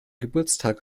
geburtstag